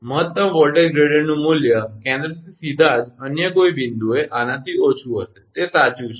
મહત્તમ વોલ્ટેજ ગ્રેડીયંટનું મૂલ્ય કેન્દ્રથી સીધા જ અન્ય કોઈ બિંદુએ આનાથી ઓછું હશે તે સાચું છે